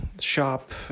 shop